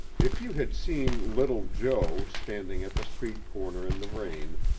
if you had seen little jo standing at the street corner in the rain,